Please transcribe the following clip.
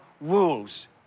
rules